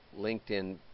LinkedIn